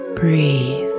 breathe